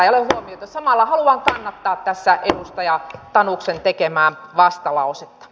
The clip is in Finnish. samalla haluan kannattaa tässä edustaja tanuksen tekemää vastalausetta